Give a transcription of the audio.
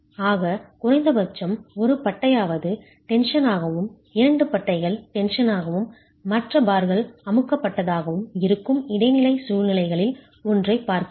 ஆக குறைந்தபட்சம் ஒரு பட்டையாவது டென்ஷனாகவும் இரண்டு பட்டைகள் டென்ஷனாகவும் மற்ற பார்கள் அமுக்கப்பட்டதாகவும் இருக்கும் இடைநிலை சூழ்நிலைகளில் ஒன்றைப் பார்க்கிறேன்